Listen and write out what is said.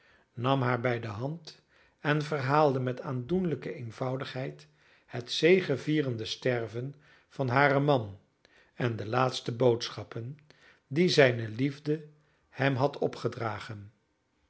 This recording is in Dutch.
nam haar bij de hand en verhaalde met aandoenlijke eenvoudigheid het zegevierende sterven van haren man en de laatste boodschappen die zijne liefde hem had opgedragen